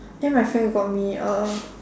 then my friend bought me a